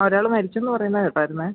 ഒരാൾ മരിച്ചു എന്ന് പറയുന്നത് കേട്ടായിരുന്നു